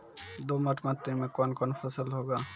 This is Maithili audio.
दोमट मिट्टी मे कौन कौन फसल होगा?